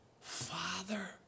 father